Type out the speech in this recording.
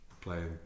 playing